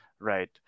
Right